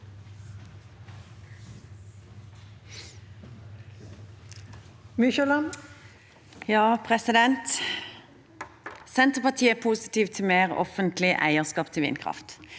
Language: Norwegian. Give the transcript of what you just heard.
Senterparti- et er positiv til mer offentlig eierskap av vindkraft,